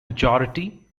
majority